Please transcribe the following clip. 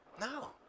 No